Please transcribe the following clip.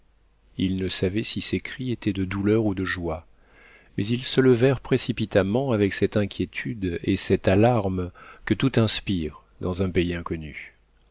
ils ne savaient si ces cris étaient de douleur ou de joie mais ils se levèrent précipitamment avec cette inquiétude et cette alarme que tout inspire dans un pays inconnu